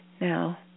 Now